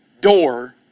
door